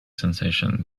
sensation